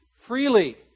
freely